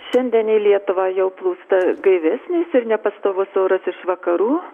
šiandien į lietuvą jau plūsta gaivesnis ir nepastovus oras iš vakarų